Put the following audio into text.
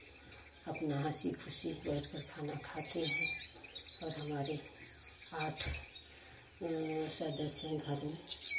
अपना हसी ख़ुशी बैठकर खाना खाते हैं और हमारे आठ सदस्य हैं घर में